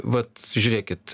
vat žiūrėkit